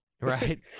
right